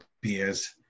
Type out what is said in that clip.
beers